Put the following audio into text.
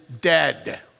dead